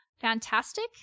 Fantastic